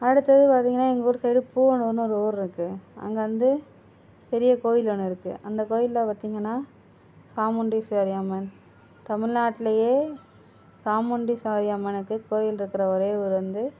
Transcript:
அடுத்தது பார்த்திங்கன்னா எங்கள் ஊர் சைடு பூவனூர்ன்னு ஒரு ஊர்யிருக்கு அங்கே வந்து பெரிய கோயில் ஒன்று இருக்கு அந்த கோயிலில் பார்த்திங்கன்னா சாமுண்டீஸ்வரி அம்மன் தமிழ்நாட்டிலயே சாமுண்டீ தாய் அம்மனுக்கு கோயில்ருக்கிற ஒரே ஊர் வந்து